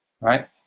right